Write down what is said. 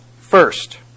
First